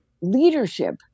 leadership